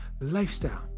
lifestyle